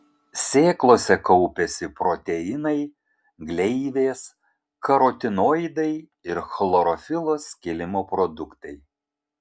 sėklose kaupiasi proteinai gleivės karotinoidai ir chlorofilo skilimo produktai